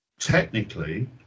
Technically